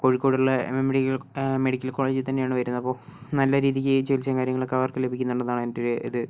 കോഴക്കോട് ഉള്ള medical medical കോളേജിൽ തന്നെയാണ് വരുന്നേ അപ്പോൾ നല്ല രീതിയ്ക്ക് ചികിത്സയും കാര്യങ്ങളൊക്കെ അവർക്കു ലഭിക്കുന്നുണ്ടെന്നാണ് എൻ്റെ ഒരു ഇത്